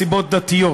מסיבות דתיות.